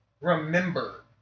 remember